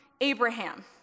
Abraham